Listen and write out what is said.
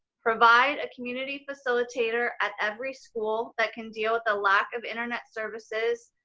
provide a community facilitator at every school that can deal with a lack of internet services.